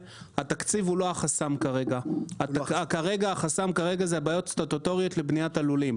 התקציב, אלא בעיות סטטוטוריות לבניית הלולים.